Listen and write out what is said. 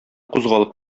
кузгалып